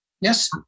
Yes